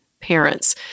parents